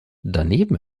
daneben